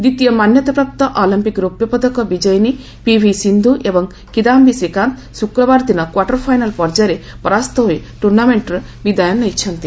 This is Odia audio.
ଦ୍ୱିତୀୟ ମାନ୍ୟତାପ୍ରାପ୍ତ ଅଲିମ୍ପିକ ରୌପ୍ୟପଦକ ବିଜୟିନୀ ପିଭି ସିନ୍ଧୁ ଏବଂ କିଦାଧି ଶ୍ରୀକାନ୍ତ ଶୁକ୍ରବାରଦିନ କ୍ୱାର୍ଟର ଫାଇନାଲ ପର୍ଯ୍ୟାୟରେ ପରାସ୍ତ ହୋଇ ଟୁର୍ଣ୍ଣାମେଣ୍ଟରେ ବିଦାୟ ନେଇଛନ୍ତି